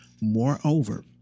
Moreover